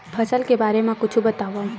फसल के बारे मा कुछु बतावव